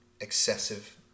excessive